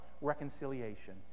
reconciliation